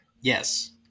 Yes